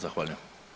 Zahvaljujem.